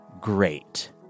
great